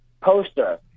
poster